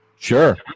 Sure